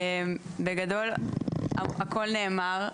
בגדול הכל נאמר.